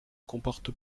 comporte